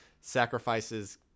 sacrifices